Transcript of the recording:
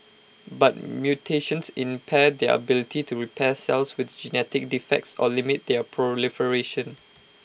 but mutations impair their ability to repair cells with genetic defects or limit their proliferation